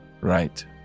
Right